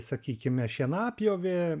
sakykime šienapjovė